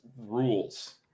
rules